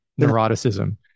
neuroticism